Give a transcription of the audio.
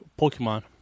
Pokemon